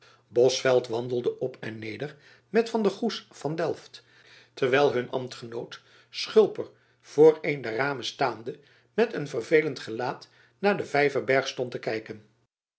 bosveldt wandelde op en neder met van der goes van delft terwijl hun ambtgenoot schulper voor een der ramen staande met een verveelend gelaat naar den vijverberg stond te kijken